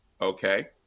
okay